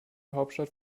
hauptstadt